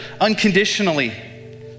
unconditionally